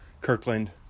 Kirkland